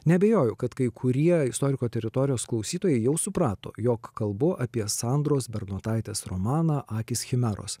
neabejoju kad kai kurie istoriko teritorijos klausytojai jau suprato jog kalbu apie sandros bernotaitės romaną akys chimeros